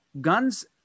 guns